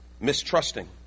mistrusting